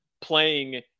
playing